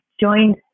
joined